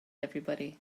everybody